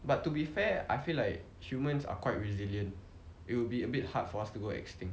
but to be fair I feel like humans are quite resilient it will be a bit hard for us to go extinct